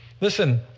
Listen